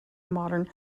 modern